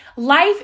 Life